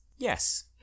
yes